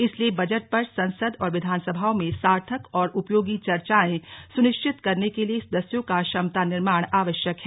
इसलिए बजट पर संसद और विधानसभाओं में सार्थक और उपयोगी चर्चाएं सुनिश्चित करने के लिए सदस्यों का क्षमता निर्माण आवश्यक है